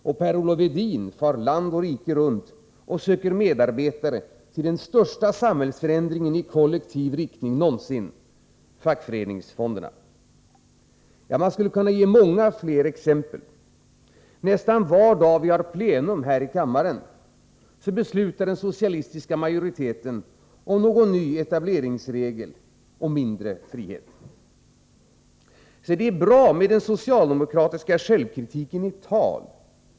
Och Per-Olof Edin far land och rike runt och söker medarbetare till den största samhällsförändringen i kollektivistisk riktning någonsin: fackföreningsfonderna. Man skulle kunna ge många fler exempel. Nästan var dag vi har plenum här i kammaren beslutar den socialistiska majoriteten om någon ny etableringsregel som innebär mindre frihet. Det är bra med socialdemokratisk självkritik i tal.